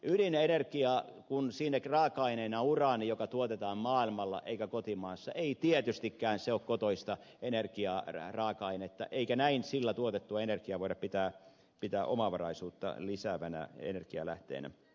ydinenergia kun siinä on raaka aineena uraani joka tuotetaan maailmalla eikä kotimaassa ei tietystikään ole kotoista energiaraaka ainetta eikä näin sillä tuotettua energiaa voida pitää omavaraisuutta lisäävänä energialähteenä